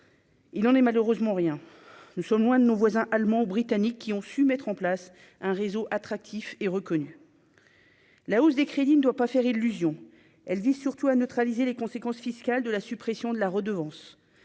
il en est malheureusement rien, nous sommes loin de nos voisins allemands ou britanniques qui ont su mettre en place un réseau attractif et reconnu la hausse des crédits ne doit pas faire illusion : elle vise surtout à neutraliser les conséquences fiscales de la suppression de la redevance,